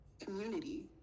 community